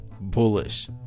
Bullish